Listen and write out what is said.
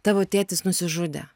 tavo tėtis nusižudė